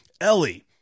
Ellie